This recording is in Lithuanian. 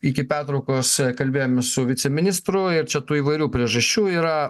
iki pertraukos kalbėjom su viceministru ir čia tų įvairių priežasčių yra